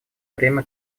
время